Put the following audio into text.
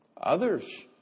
Others